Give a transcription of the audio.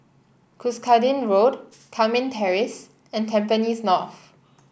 Cuscaden Road Carmen Terrace and Tampines North